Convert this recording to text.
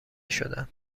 شدند